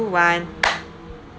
one